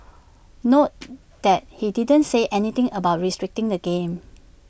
note that he didn't say anything about restricting the game